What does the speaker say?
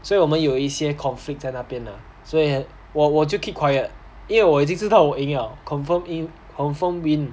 所以我们有一些 conflict 在那边啦所以我我就 keep quiet 因为我已经知道我赢 liao confirm confirm win